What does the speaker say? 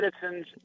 citizens